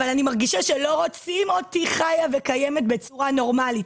אבל אני מרגישה שלא רוצים אותי חיה וקיימת בצורה נורמלית.